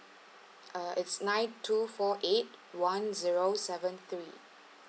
uh it's nine two four eight one zero seven three